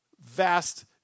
vast